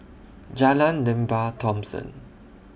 Jalan Lembah Thomson